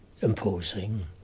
imposing